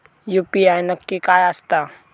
UPI नक्की काय आसता?